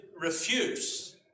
refuse